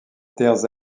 terres